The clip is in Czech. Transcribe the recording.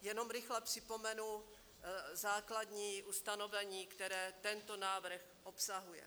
Jenom rychle připomenu základní ustanovení, které tento návrh obsahuje.